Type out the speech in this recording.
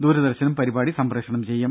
ദൂരദർശനും പരിപാടി സംപ്രേഷണം ചെയ്യും